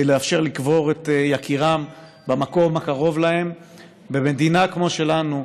לאפשר לקבור את יקירם במקום הקרוב להם במדינה כמו שלנו,